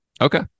okay